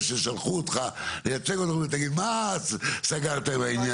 ששלחו אותך לייצג אותם אומרים תגיד מה סגרת עם העניין הזה?